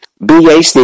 BAC